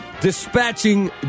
dispatching